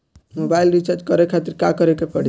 Mobile recharge करे खातिर का करे के पड़ी?